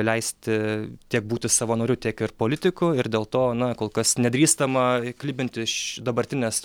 leisti tiek būti savanoriu tiek ir politiku ir dėl to na kol kas nedrįstama klibinti iš dabartinės